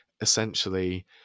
essentially